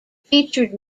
featured